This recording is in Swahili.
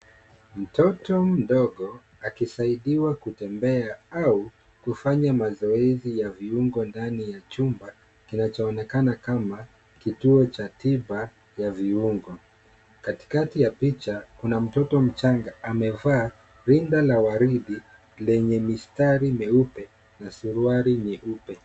Mtoto mdogo akisaidiwa kutembea au kufanya mazoezi ya viungo ndani ya chumba, kinachaonekana kama kituo cha tiba ya viungo. Katikati ya picha, kuna mtoto mchanga amevaa rinda la waridi lenye mistari meupe na suruali nyeupe.